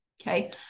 Okay